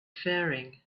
faring